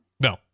No